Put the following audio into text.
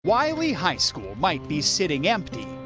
wylie high school might be sitting empty.